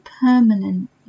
permanent